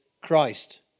Christ